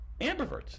ambiverts